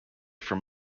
from